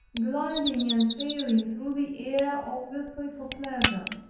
gliding and sailing through the air obviously for pleasure?